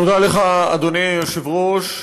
תודה לך, אדוני היושב-ראש,